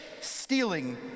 stealing